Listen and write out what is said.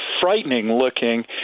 frightening-looking